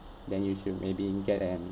then you should maybe get an